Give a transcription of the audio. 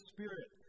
Spirit